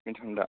मिथिगोन दा